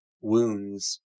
wounds